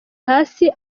hasi